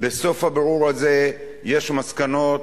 בסוף הבירור הזה יש מסקנות.